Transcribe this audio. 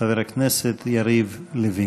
חבר הכנסת יריב לוין.